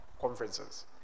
conferences